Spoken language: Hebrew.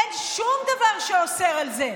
אין שום דבר שאוסר את זה,